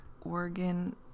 oregon